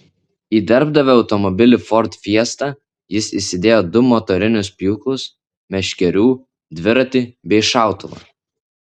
į darbdavio automobilį ford fiesta jis įsidėjo du motorinius pjūklus meškerių dviratį bei šautuvą